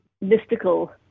mystical